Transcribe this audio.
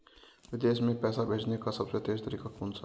विदेश में पैसा भेजने का सबसे तेज़ तरीका कौनसा है?